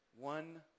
one